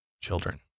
children